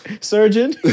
Surgeon